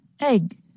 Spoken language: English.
Egg